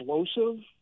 explosive